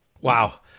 Wow